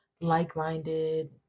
like-minded